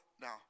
now